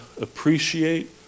appreciate